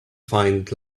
find